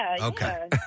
Okay